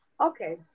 okay